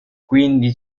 quindi